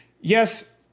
Yes